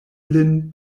lin